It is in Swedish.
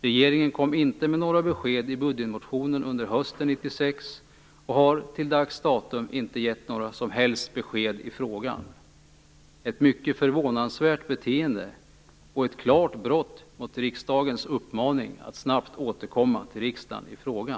Regeringen kom inte med några besked i budgetpropositionen under hösten 1996 och har till dags dato inte gett några som helst besked i frågan. Det är ett mycket förvånansvärt beteende och ett klart brott mot riksdagens uppmaning att snabbt återkomma till riksdagen i frågan.